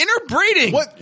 Interbreeding